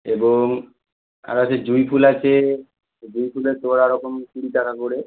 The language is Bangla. এবং আর আছে জুঁই ফুল আছে জুঁই ফুলের তোড়া ওরকম কুড়ি টাকা করে